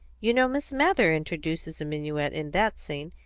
you know miss mather introduces a minuet in that scene,